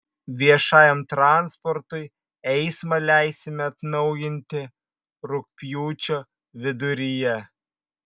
viešajam transportui eismą leisime atnaujinti rugpjūčio viduryje